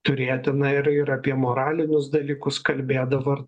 turėti na ir ir apie moralinius dalykus kalbėdavo ir